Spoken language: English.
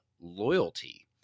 loyalty